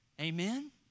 Amen